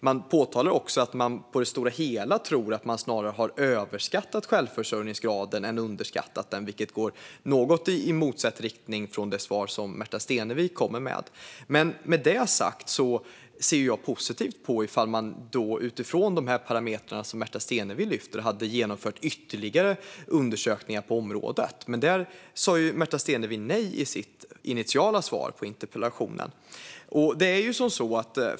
Man påpekar också att man tror att man på det stora hela snarare har överskattat än underskattat självförsörjningsgraden, vilket går i något motsatt riktning mot det svar som Märta Stenevi kommer med. Med det sagt ser jag positivt på om man utifrån de parametrar som Märta Stenevi lyfter skulle genomföra ytterligare undersökningar på området, men där sa ju Märta Stenevi nej i sitt initiala svar på interpellationen.